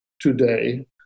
today